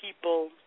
people